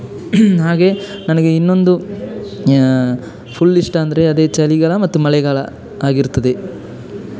ಹಾಗೆ ನನಗೆ ಇನ್ನೊಂದು ಫುಲ್ ಇಷ್ಟ ಅಂದರೆ ಅದೇ ಚಳಿಗಾಲ ಮತ್ತು ಮಳೆಗಾಲ ಆಗಿರುತ್ತದೆ